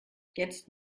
jetzt